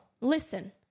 Listen